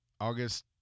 August